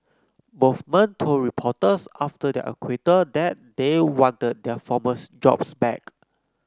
both men told reporters after their acquittal that they wanted their former's jobs back